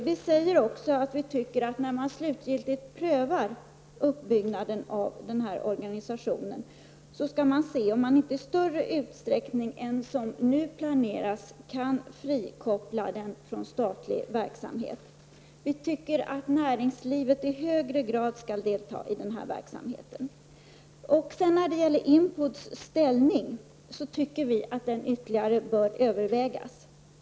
Vi skriver också, att man när man slutgiltigt prövar uppbyggnaden av organisationen, bör se om man inte i större utsträckning än vad som nu planeras kan frikoppla den från statlig verksamhet. Vi tycker att näringslivet skall delta i verksamheten i högre grad. Enligt vår mening bör även IMPODs ställning ytterligare övervägas.